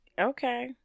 Okay